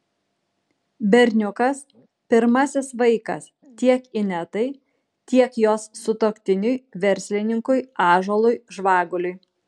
berniukas pirmasis vaikas tiek inetai tiek jos sutuoktiniui verslininkui ąžuolui žvaguliui